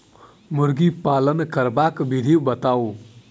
मुर्गी पालन करबाक विधि बताऊ?